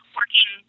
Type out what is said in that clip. working